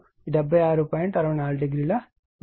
64o milli ampere